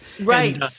Right